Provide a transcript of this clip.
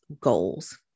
goals